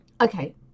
Okay